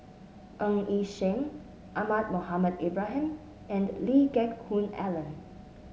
Ng Yi Sheng Ahmad Mohamed Ibrahim and Lee Geck Hoon Ellen